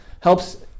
helps